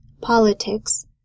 politics